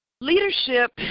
Leadership